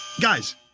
Guys